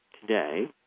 today